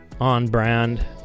on-brand